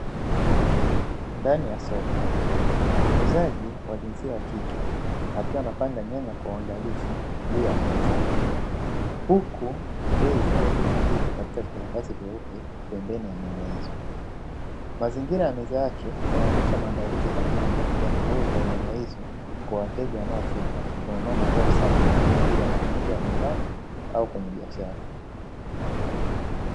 Ndani ya soko, muuzaji wa jinsia ya kike akiwa anapanga nyanya kwa uangalifu juu ya meza, huku bei zikiwa zimeandikwa katika vikaratasi vyeupe pembeni ya nyanya hizo. Mazingira ya meza yake yanaonesha maandalizi kamili ya kuuza nyanya hizo, kwa wateja wanaofika kununua mazao safi kwa ajili ya matumizi ya nyumbani au kwenye biashara.